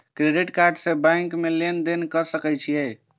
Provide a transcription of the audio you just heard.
Credit card से bank में लेन देन कर सके छीये?